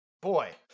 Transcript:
boy